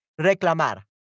reclamar